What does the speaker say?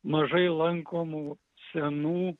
mažai lankomų senų